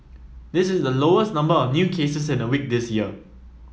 this is the lowest number of new cases in a week this year